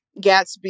Gatsby